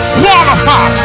qualify